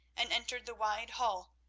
and entered the wide hall,